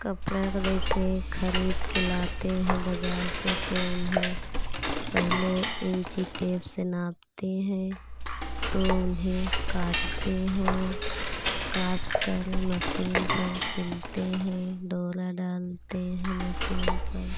कपड़ा का जैसे खरीद के लाते हैं बाजार से तो उन्हें पहले इंची टेप से नापते हैं तो उन्हें काटते हैं काटकर मसीन पर सिलते हैं डोरा डालते हैं मसीन पर